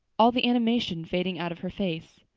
all the animation fading out of her face.